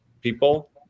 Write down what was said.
people